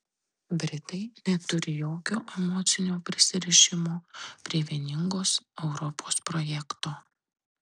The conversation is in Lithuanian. britai neturi jokio emocinio prisirišimo prie vieningos europos projekto